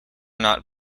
not